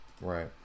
right